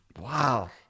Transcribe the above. Wow